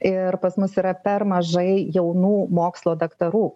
ir pas mus yra per mažai jaunų mokslo daktarų